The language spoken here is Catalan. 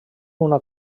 una